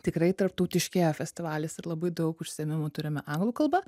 tikrai tarptautiškėja festivalis ir labai daug užsiėmimų turime anglų kalba